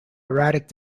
erratic